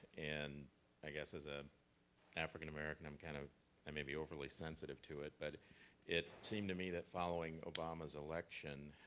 and i guess as an ah african-american, um kind of i may be overly sensitive to it but it seemed to me that following obama's election